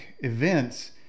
events